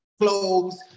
clothes